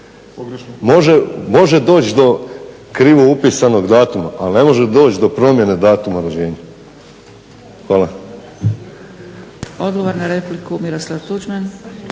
Može doći do krivo upisanog datuma, ali ne može doći do promjene datuma rođenja. Hvala.